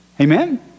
Amen